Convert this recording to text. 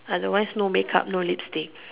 otherwise no make up no lipstick